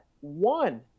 one